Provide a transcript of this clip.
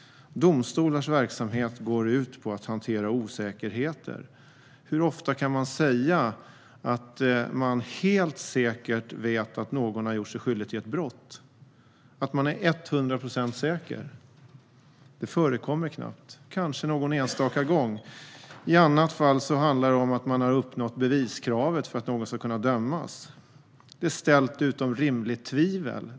Domstolens verksamhet går ut på att hantera osäkerheter. Hur ofta kan man säga att man helt säkert vet att någon har gjort sig skyldig till ett brott, att man är 100 procent säker? Det förekommer knappt - kanske någon enstaka gång. I annat fall handlar det om att man har uppnått beviskravet för att någon ska kunna dömas. Det är ställt utom rimligt tvivel.